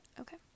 okay